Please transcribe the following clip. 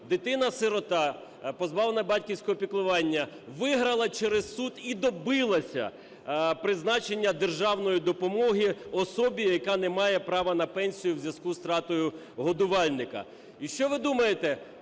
дитина-сирота, позбавлена батьківського піклування, виграла через суд і добилася призначення державної допомоги особі, яка не має права на пенсію у зв'язку з втратою годувальника. І що ви думаєте,